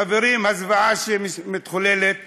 חברים, הזוועה שמתחוללת בסוריה,